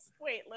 Wait